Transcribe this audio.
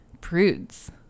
prudes